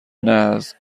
نه، از